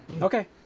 Okay